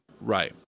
right